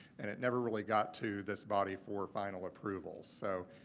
and, it never really got to this body for final approval. so,